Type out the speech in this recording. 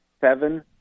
seven